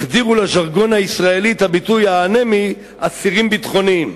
החדירו לז'רגון הישראלי את הביטוי האנמי "אסירים ביטחוניים".